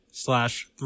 slash